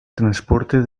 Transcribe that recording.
transporte